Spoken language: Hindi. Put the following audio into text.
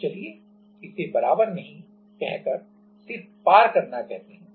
तो चलिए इसे बराबर नहीं कह कर सिर्फ पार करना कहते हैं